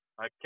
Okay